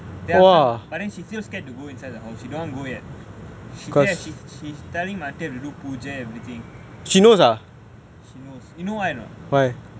then after ma but then she she's scared to go inside the house she don't want go yet she say ya she's she's telling my auntie to do pooja and everything she knows you know why or not